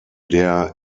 der